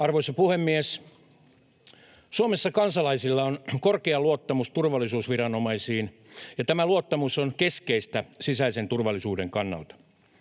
Arvoisa puhemies! Suomessa kansalaisilla on korkea luottamus turvallisuusviranomaisiin, ja tämä luottamus on keskeistä sisäisen turvallisuuden kannalta.